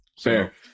Fair